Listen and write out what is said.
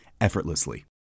effortlessly